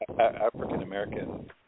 African-American